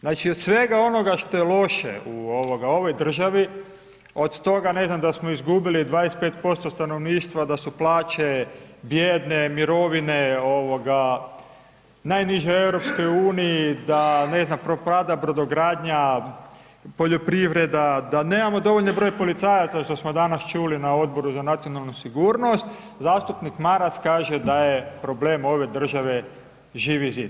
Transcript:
Znači od svega onoga što je loše u ovoj državi, od toga ne znam, da smo izgubili 25% stanovništva, da su plaće bijedne, mirovine, ovoga, najniže u EU, da ne znam propada brodogradnja, poljoprivreda, da nemamo dovoljan broj policajaca što smo danas čuli na Odboru za nacionalnu sigurnost, zastupnik Maras kaže da je problem ove države Živi zid.